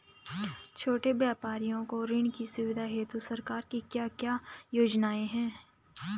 छोटे व्यापारियों को ऋण की सुविधा हेतु सरकार की क्या क्या योजनाएँ हैं?